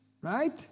Right